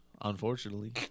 Unfortunately